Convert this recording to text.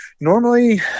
Normally